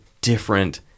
different